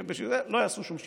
לא יעשו שום שינוי.